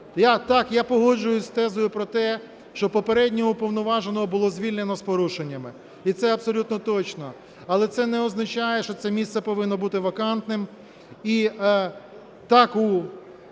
Так, я погоджуюсь з тезою про те, що попереднього Уповноваженого було звільнено з порушеннями, і це абсолютно точно. Але це не означає, що це місце повинно бути вакантним.